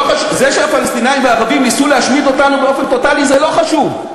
זה שהפלסטינים והערבים ניסו להשמיד אותנו באופן טוטלי זה לא חשוב,